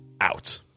out